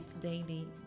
daily